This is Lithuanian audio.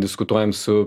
diskutuojam su